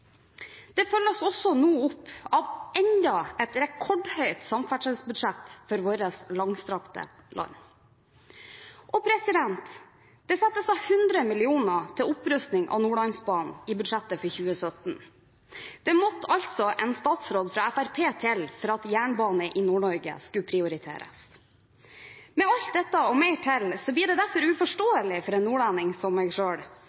Det følges også nå opp av enda et rekordhøyt samferdselsbudsjett for vårt langstrakte land. Det settes av 100 mill. kr til opprustning av Nordlandsbanen i budsjettet for 2017. Det måtte altså en statsråd fra Fremskrittspartiet til for at jernbane i Nord-Norge skulle prioriteres. Med alt dette og mer til blir det derfor uforståelig for en nordlending som meg